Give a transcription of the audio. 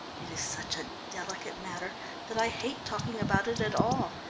it is such a delicate matter that i hate talking about it at all.